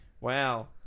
Wow